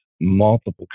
multiple